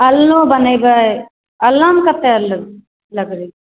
आलनो बनेबै अलनामे कते लगतै लकड़ी